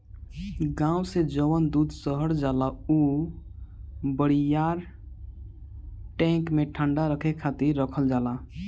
गाँव से जवन दूध शहर जाला उ बड़ियार टैंक में ठंडा रखे खातिर रखल जाला